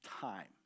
time